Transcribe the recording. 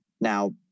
Now